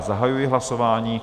Zahajuji hlasování.